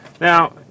Now